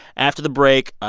after the break,